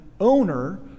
owner